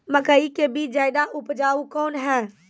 मकई के बीज ज्यादा उपजाऊ कौन है?